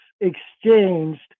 exchanged